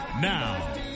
Now